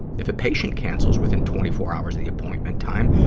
if a patient cancels within twenty four hours of the appointment time,